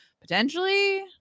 potentially